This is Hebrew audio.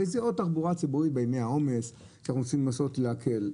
תחבורה ציבורית בימי העומס, אתם רוצים להקל.